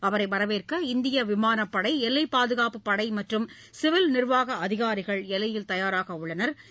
அவரை வரவேற்க இந்திய விமானப்படை எல்லைப்பாதுகாப்புப் படை மற்றும் சிவில் நி்வாக அதிகாரிகள் எல்லையில் தயாராக உள்ளனா்